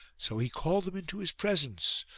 so he called them into his presence,